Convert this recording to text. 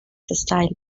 style